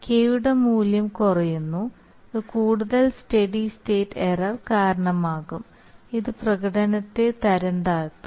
K യുടെ മൂല്യം കുറയുന്നു ഇത് കൂടുതൽ സ്റ്റെഡി സ്റ്റേറ്റ് എറർ കാരണമാകും ഇത് പ്രകടനത്തെ തരം താഴ്ത്തും